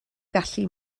gallu